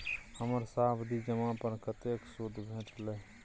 हमर सावधि जमा पर कतेक सूद भेटलै?